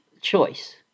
choice